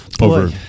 over